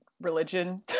religion